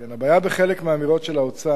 הבעיה בחלק מהאמירות של האוצר